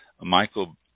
Michael